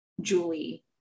Julie